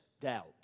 doubt